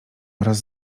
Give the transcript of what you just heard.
oraz